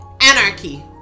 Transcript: anarchy